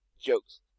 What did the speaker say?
jokes